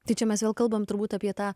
tai čia mes vėl kalbam turbūt apie tą